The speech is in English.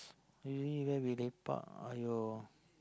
really where we lepak !aiyo!